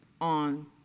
on